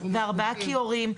ארבעה כיורים,